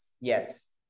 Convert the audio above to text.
yes